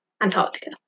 Antarctica